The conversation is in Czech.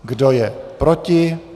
Kdo je proti?